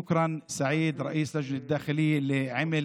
תודה, סעיד, יושב-ראש ועדת הפנים,